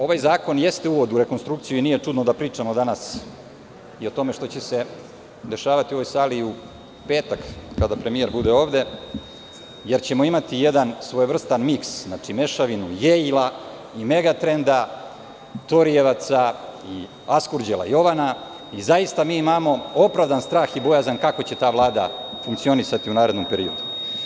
Ovaj zakon jeste uvod u rekonstrukciju i nije čudno da pričamo danas o tome šta će se dešavati u ovoj sali i u petak, kada premijer bude ovde, jer ćemo imati jedan svojevrsni miks, mešavinu Jejla i Megatrenda, Torijevca i Askurđela Jovana i zaista, mi imamo opravdan strah i bojazan kako će ta vlada funkcionisati u narednom periodu.